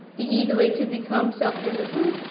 the easy way to become self-disciplined,